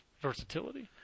versatility